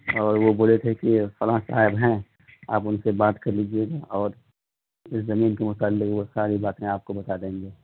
اور وہ بولے تھے کہ فلاں صاحب ہیں آپ ان سے بات کر لیجیے گا اور اس زمین کے متعلک وہ ساری باتیں آپ کو بتا دیں گے